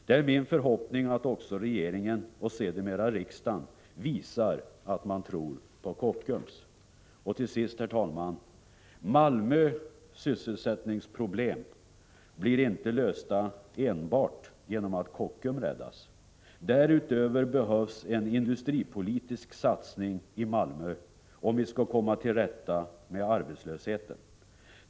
Det är min förhoppning att också regeringen och sedermera riksdagen visar att man tror på Kockums. Till sist, herr talman: Malmös sysselsättningsproblem blir inte lösta enbart genom att Kockums räddas. Därutöver behövs en industripolitisk satsning i Malmö om man skall komma till rätta med arbetslösheten.